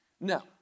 Now